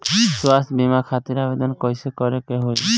स्वास्थ्य बीमा खातिर आवेदन कइसे करे के होई?